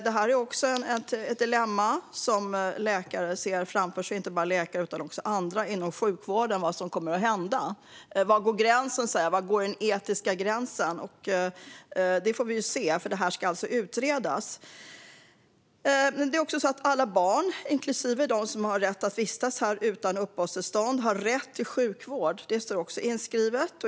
Det här är ett dilemma som inte bara läkare utan också andra inom sjukvården ser framför sig, och man undrar vad som kommer att hända. Var går den etiska gränsen? Det får vi se, för detta ska alltså utredas. Alla barn, inklusive de som har rätt att vistas här utan uppehållstillstånd, har rätt till sjukvård; det står också inskrivet.